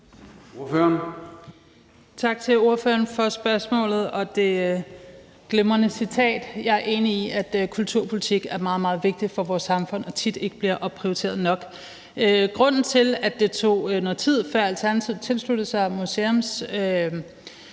Tak til ordføreren for spørgsmålet og det glimrende citat. Jeg er enig, at kulturpolitik er meget, meget vigtigt for vores samfund og tit ikke bliver opprioriteret nok. Grunden til, at det tog noget tid, før Alternativet tilsluttede sig museumsloven